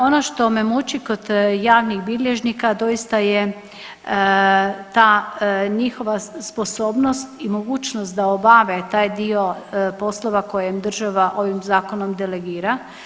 Ono što me muči kod javnih bilježnika doista je ta njihova sposobnost i mogućnost da obave taj dio poslova koje im država ovim zakonom delegira.